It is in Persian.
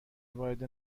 وارد